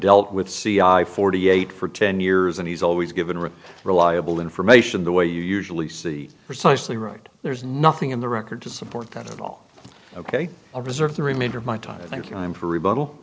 dealt with c i forty eight for ten years and he's always given really reliable information the way you usually see precisely right there's nothing in the record to support that at all ok i reserve the remainder of my time thinking i'm for rebuttal